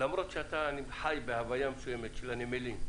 למרות שאתה חי בהוויה מסוימת של הנמלים,